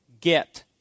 get